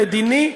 מדיני,